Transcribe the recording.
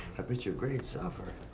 i bet your grades suffer.